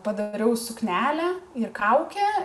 padariau suknelę ir kaukę